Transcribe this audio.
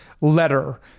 letter